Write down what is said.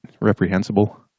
reprehensible